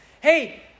Hey